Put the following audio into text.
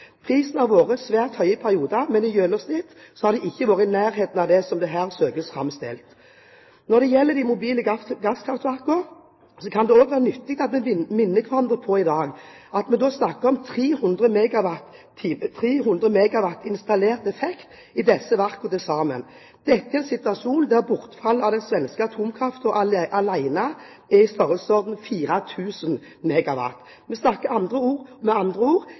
Prisen har vært svært høy i perioder, men i gjennomsnitt har den ikke vært i nærheten av det som her forsøkes framstilt. Når det gjelder de mobile gasskraftverkene, kan det også være nyttig i dag å minne hverandre på at vi snakker om 300 MW installert effekt i disse verkene til sammen – dette i en situasjon der bortfallet av den svenske atomkraften alene er i størrelsesordenen 4 000 MW. Vi snakker med andre ord